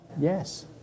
Yes